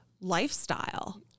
lifestyle